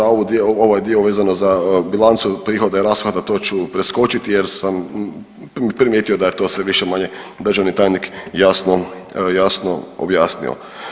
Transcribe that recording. Ovaj dio vezano za bilancu prihoda i rashoda to ću preskočiti jer sam primijetio da je to sve više-manje državni tajnik jasno, jasno objasnio.